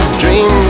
dream